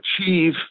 achieve